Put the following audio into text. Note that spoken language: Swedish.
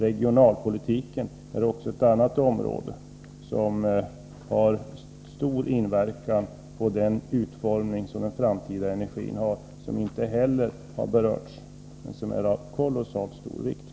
Regionalpolitiken är ett annat område som han inte heller berörde men som är av kolossalt stor vikt för utformningen av den framtida energiförsörjningen.